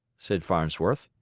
said farnsworth.